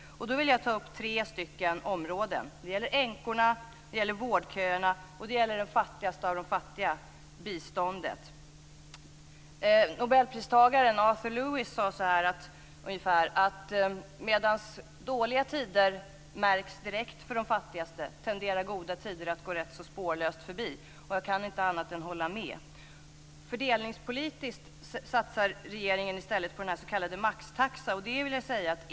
Jag vill ta upp tre områden. Det gäller änkorna, vårdköerna och de fattigaste av de fattiga - det handlar om biståndet. Nobelpristagaren Arthur Lewis sade ungefär så här: Medan dåliga tider märks direkt för de fattigaste tenderar goda tider att gå spårlöst förbi. Jag kan inte annat än hålla med. Fördelningspolitiskt satsar regeringen i stället på den s.k. maxtaxan.